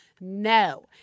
No